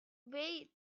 way